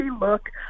look